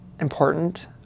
important